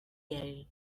yale